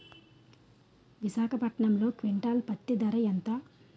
విశాఖపట్నంలో క్వింటాల్ పత్తి ధర ఎంత?